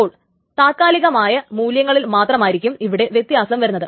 അപ്പോൾ താൽക്കാലികമായ മൂല്യങ്ങളിൽ മാത്രമാണ് ഇവിടെ വ്യത്യാസം വരുത്തുന്നത്